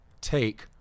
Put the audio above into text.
take